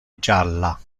gialla